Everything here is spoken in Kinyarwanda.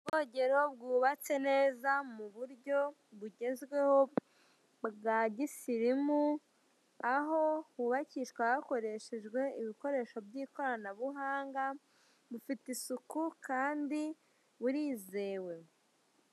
Ubwogero bwubatse neza mu buryo bugezweho bwa gishirimu, aho hubakishwa hakoreshejwe ibikoresho by'ikoranabuhanga bufite isuku kandi burizewe.